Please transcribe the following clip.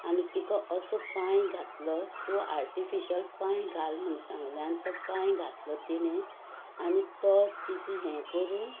आनी तिका असो एक पांय घातलो तूं आर्टिफिशल पांय घाल म्हूण सांगलें आनी तो पांय घातलो ताणे तो तिजी हें करून